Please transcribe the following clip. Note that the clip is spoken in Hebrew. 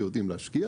ויודעים להשקיע.